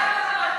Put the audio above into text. אותו.